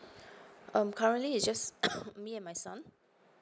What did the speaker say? um currently is just me and my son